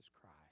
Christ